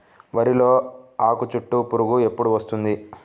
వరిలో ఆకుచుట్టు పురుగు ఎప్పుడు వస్తుంది?